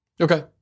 Okay